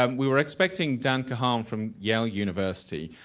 um we were expecting dan kahan from yale university.